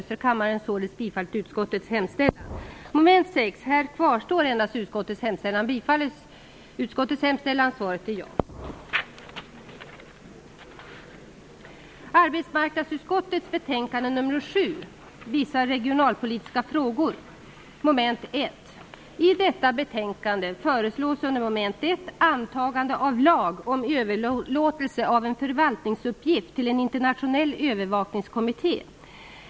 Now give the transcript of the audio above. Så är verkligheten. Därför tror jag att regeringen och majoriteten kommer att göra en omprövning också på den här punkten. I utskottsbetänkandet föreslogs antagande av lag om överlåtelse av en förvaltningsuppgift till en internationell övervakningskommitté.